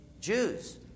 Jews